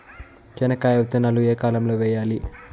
చెనక్కాయ విత్తనాలు ఏ కాలం లో వేయాలి?